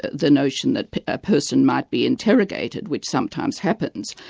the notion that a person might be interrogated, which sometimes happens,